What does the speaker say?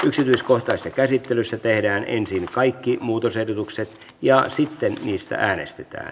yksityiskohtaisessa käsittelyssä tehdään ensin kaikki muutosehdotukset ja sitten niistä äänestetään